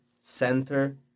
center